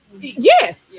yes